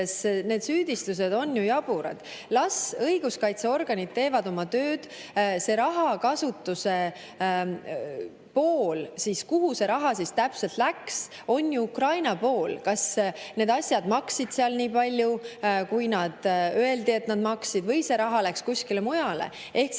need süüdistused on jaburad. Las õiguskaitseorganid teevad oma tööd. See rahakasutuse pool, kuhu see raha täpselt läks, on ju Ukraina pool. Kas need asjad maksid seal nii palju, kui öeldi, et need maksid, või see raha läks kuskile mujale? Ehk